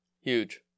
Huge